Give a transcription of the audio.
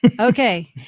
okay